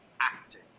acting